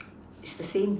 it's the same